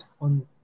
on